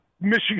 Michigan